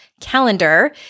calendar